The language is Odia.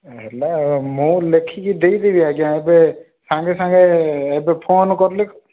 ହେଲା ଆଉ ମୁଁ ଲେଖିକି ଦେଇ ଦେବି ଆଜ୍ଞା ଏବେ ସାଙ୍ଗେ ସାଙ୍ଗେ ଏବେ ଫୋନ୍ କଲି